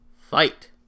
fight